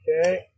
Okay